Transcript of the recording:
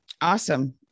Awesome